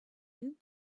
you